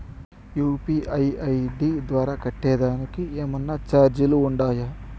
UPI ID ద్వారా కట్టేదానికి ఏమన్నా చార్జీలు ఉండాయా?